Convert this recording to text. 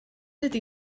ydy